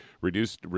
reduced